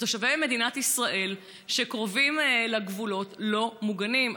ותושבי מדינת ישראל שקרובים לגבולות לא מוגנים.